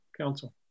Council